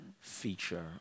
feature